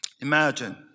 imagine